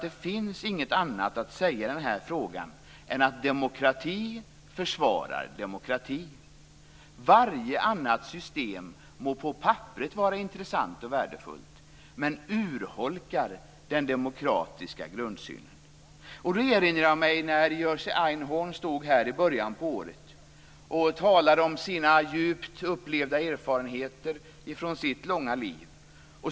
Det finns inget annat att säga i den här frågan än att demokrati försvarar demokrati. Varje annat system må på papperet vara intressant och värdefullt, men det urholkar den demokratiska grundsynen. Jag erinrar mig när Jerzy Einhorn stod här i början av året och talade om sina erfarenheter från sitt långa liv.